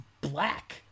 black